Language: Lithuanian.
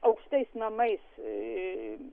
aukštais namais